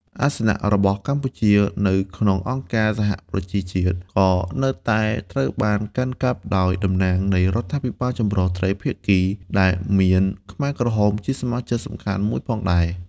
អាសនៈរបស់កម្ពុជានៅក្នុងអង្គការសហប្រជាជាតិ ក៏នៅតែត្រូវបានកាន់កាប់ដោយតំណាងនៃរដ្ឋាភិបាលចម្រុះត្រីភាគី ដែលមានខ្មែរក្រហមជាសមាជិកសំខាន់មួយផងដែរ។